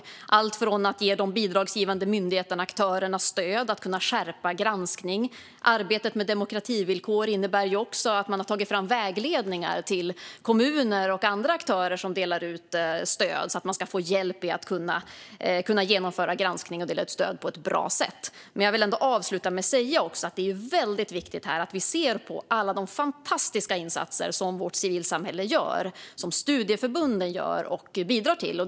Det handlar till exempel om att ge de bidragsgivande myndigheterna och aktörerna stöd att kunna skärpa granskningen. Arbetet med demokrativillkor innebär också att man har tagit fram vägledningar till kommuner och andra aktörer som delar ut stöd, så att de ska få hjälp med att kunna genomföra granskning och dela ut stöd på ett bra sätt. Men jag vill ändå avsluta med att säga att det är väldigt viktigt att vi ser alla de fantastiska insatser som vårt civilsamhälle och studieförbunden gör och bidrar till.